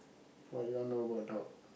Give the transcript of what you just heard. what you all know about dog